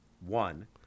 one